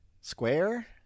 square